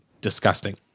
disgusting